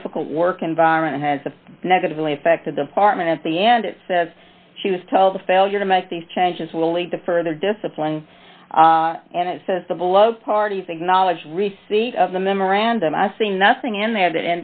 difficult work environment has negatively affected the apartment at the end it says she was told the failure to make these changes will lead to further discipline and it says the below parties acknowledge receipt of the memorandum i see nothing in there that